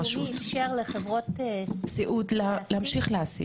ביטוח לאומי איפשר לחברות סיעוד להמשיך להעסיק